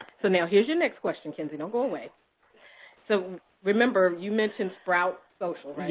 so now here's your next question, kenzie. don't go away. so remember, you mentioned sprout social,